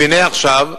והנה עכשיו הליכוד,